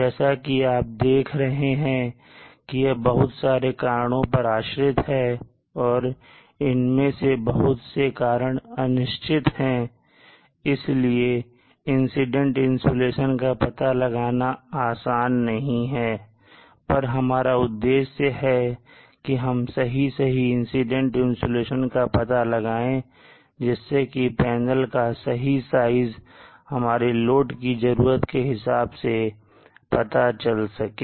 जैसा कि आप देख रहे हैं कि यह बहुत सारे कारणों पर आश्रित है और इनमें से बहुत से कारण अनिश्चित है इसलिए इंसिडेंट इंसुलेशन का पता लगाना आसान नहीं है पर हमारा उद्देश्य है कि हम सही सही इंसिडेंट इंसुलेशन का पता लगाएं जिससे कि पैनल का सही साइज हमारे लोड की जरूरत के हिसाब से पता चल सके